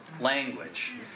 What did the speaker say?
language